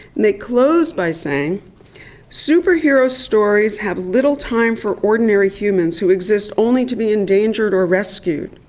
they close by saying superhero stories have little time for ordinary humans who exist only to be endangered or rescued.